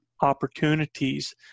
opportunities